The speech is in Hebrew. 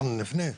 אנחנו נפנה,